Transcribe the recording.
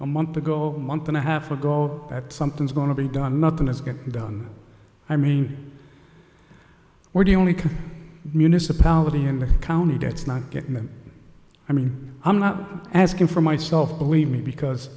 a month ago month and a half ago that something's going to be done nothing is going down i mean or do you only municipality in the county that's not getting them i mean i'm not asking for myself believe me because